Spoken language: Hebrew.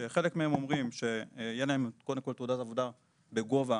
שחלק מהם אומרים שיהיה להם קודם כל תעודת עבודה בגובה